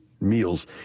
meals